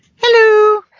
Hello